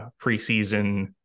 preseason